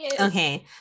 Okay